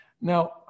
Now